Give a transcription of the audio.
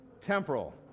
temporal